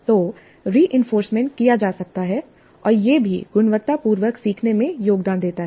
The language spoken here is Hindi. तो रिइंफोर्समेंट किया जा सकता है और यह भी गुणवत्ता पूर्वक सीखने में योगदान देता है